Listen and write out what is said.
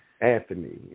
Anthony